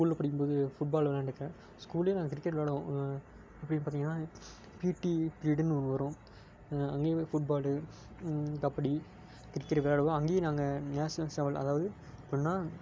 ஸ்கூலில் படிக்கும்போது football விள்ளாண்டுருக்கேன் ஸ்கூல்லேயே நாங்கள் கிரிக்கெட் விள்ளாடுவோம் எப்படின்னு பார்த்தீங்கனா பிடி பீரியடுன்னு ஒன்று வரும் அங்கேயே ஃபுட் பாலு கபடி கிரிக்கெட் விளையாடுறதும் அங்கேயே நாங்கள் நேஷ்னல்ஸ் லெவலில் அதாவது எப்படின்னா